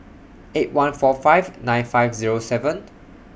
eight one four five nine five Zero seven